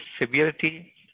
severity